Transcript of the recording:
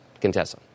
Contessa